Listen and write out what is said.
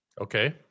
Okay